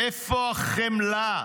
"איפה החמלה?